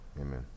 Amen